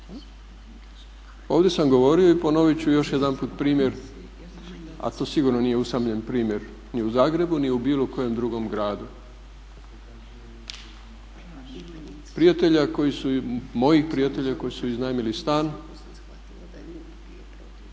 Ovdje sam govorio i ponovit ću još jedanput primjer a to sigurno nije usamljen primjer ni u Zagrebu, ni u bilo kojem drugom gradu. Prijatelja, mojih prijatelja koji su iznajmili stan,